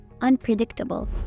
unpredictable